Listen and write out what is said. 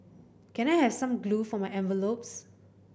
can I have some glue for my envelopes